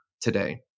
today